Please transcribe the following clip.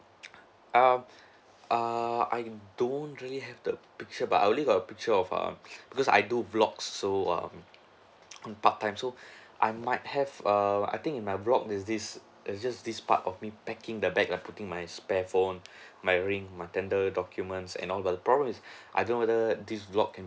um err I don't really have the picture but I only got a picture of um because I do vlog so um I'm part time so I might have err I think in my vlog this this is just this part of me packing the bag lah putting my spare phone my ring my tender documents and all but the problem is I don't whether this vlog can